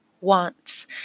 wants